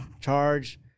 charge